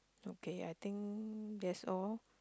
okay I think that's all